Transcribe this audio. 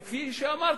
וכפי שאמרתי,